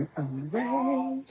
away